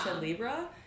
Libra